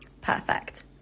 Perfect